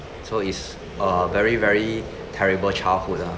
so it's a very very terrible childhood lah